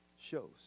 shows